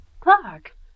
Clark